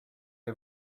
est